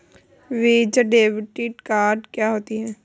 Visa debit card क्या होता है?